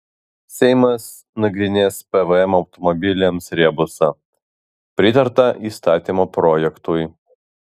seimas nagrinės pvm automobiliams rebusą pritarta įstatymo projektui